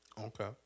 Okay